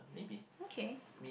okay